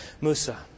Musa